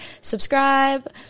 subscribe